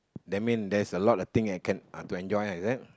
that mean there's a lot of thing I can uh to enjoy lah is it